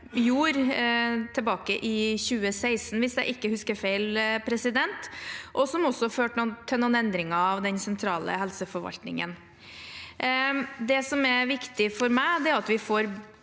Høyre gjorde – tilbake i 2016, hvis jeg ikke husker feil – som førte til noen endringer av den sentrale helseforvaltningen. Det som er viktig for meg, er at vi får